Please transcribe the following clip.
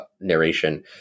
narration